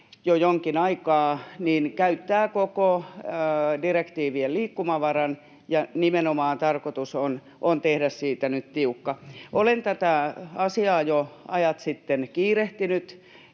Koska se tulee?] käyttää koko direktiivien liikkumavaran, ja nimenomaan tarkoitus on tehdä siitä nyt tiukka. Olen tätä asiaa jo ajat sitten kiirehtinyt